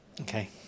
Okay